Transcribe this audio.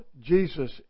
Jesus